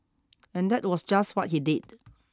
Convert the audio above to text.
and that was just what he did